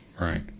Right